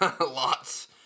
Lots